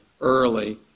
early